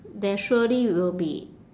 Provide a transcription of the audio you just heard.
there surely will be